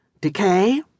Decay